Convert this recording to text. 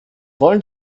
wollen